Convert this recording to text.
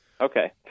Okay